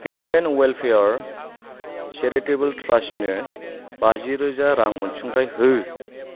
human welfare charitable ट्रास्टनो बाजि रोजा रां अनसुंथाइ हो